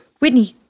Whitney